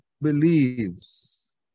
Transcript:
believes